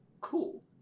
Cool